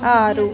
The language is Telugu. ఆరు